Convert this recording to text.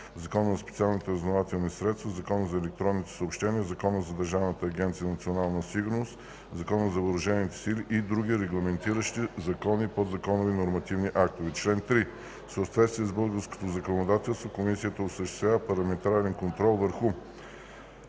Закона за специалните разузнавателни средства, Закона за електронните съобщения, Закона за Държавна агенция „Национална сигурност”, Закона за въоръжените сили и други регламентиращи закони и подзаконови нормативни актове. Чл. 3. В съответствие с българското законодателство, Комисията осъществява парламентарен контрол върху: